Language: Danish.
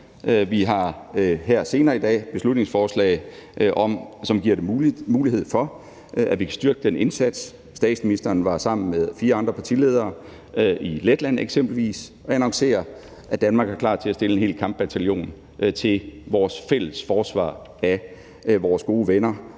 vi har her senere i dag et beslutningsforslag, som foreslår at give mulighed for, at vi kan styrke den indsats. Statsministeren var sammen med fire andre partiledere i Letland eksempelvis og annoncerede, at Danmark var klar til at stille med en helt kampbataljon til vores fælles forsvar af vores gode venner